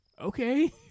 Okay